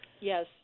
Yes